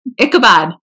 ichabod